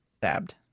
Stabbed